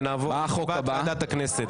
ונעבור לישיבת ועדת הכנסת.